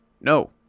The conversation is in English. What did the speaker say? No